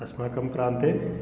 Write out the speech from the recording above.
अस्माकं प्रान्ते